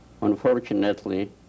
Unfortunately